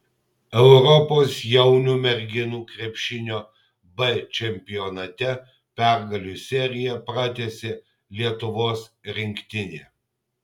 europos jaunių merginų krepšinio b čempionate pergalių seriją pratęsė lietuvos rinktinė